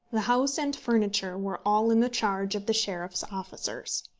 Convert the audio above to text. the house and furniture were all in the charge of the sheriff's officers.